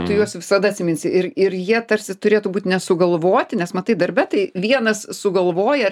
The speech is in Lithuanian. tu juos visada atsiminsi ir ir jie tarsi turėtų būt ne sugalvoti nes matai darbe tai vienas sugalvoja ar